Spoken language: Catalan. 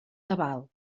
tabal